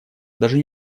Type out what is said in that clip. даже